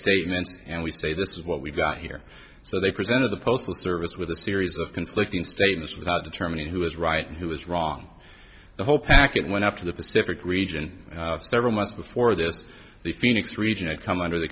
statements and we say this is what we've got here so they presented the postal service with a series of conflicting statements without determining who was right and who was wrong the whole packet went up to the pacific region several months before this the phoenix region had come under the